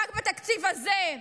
רק בתקציב הזה,